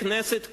לכנסת כולה.